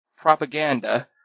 propaganda